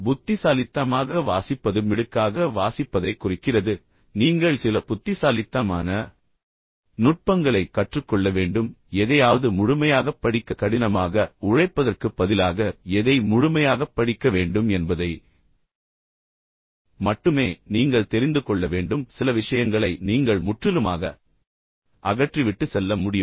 புத்திசாலித்தனமாக வாசிப்பது மிடுக்காக வாசிப்பதைக் குறிக்கிறது எனவே நீங்கள் சில புத்திசாலித்தனமான நுட்பங்களைக் கற்றுக்கொள்ள வேண்டும் எதையாவது முழுமையாகப் படிக்க கடினமாக உழைப்பதற்குப் பதிலாக எதை முழுமையாகப் படிக்க வேண்டும் என்பதை மட்டுமே நீங்கள் தெரிந்து கொள்ள வேண்டும் மேலும் சில விஷயங்களை நீங்கள் முற்றிலுமாக அகற்றி விட்டுச் செல்ல முடியும்